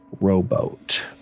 rowboat